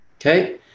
okay